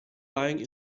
lying